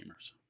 gamers